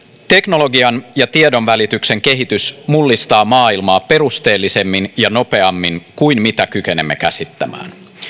teknologian ja tiedonvälityksen kehitys mullistaa maailmaa perusteellisemmin ja nopeammin kuin mitä kykenemme käsittämään